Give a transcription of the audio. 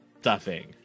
stuffing